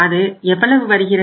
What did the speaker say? அது எவ்வளவு வருகிறது